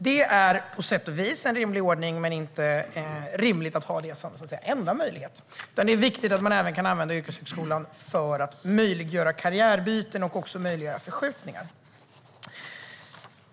Det är på sätt och vis en rimlig ordning, men det är inte rimligt att ha som enda möjlighet. Det är viktigt att man även kan använda yrkeshögskolan för att möjliggöra karriärbyten och också möjliggöra förskjutningar. Herr talman!